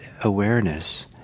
awareness